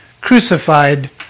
crucified